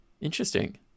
Interesting